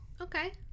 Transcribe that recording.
Okay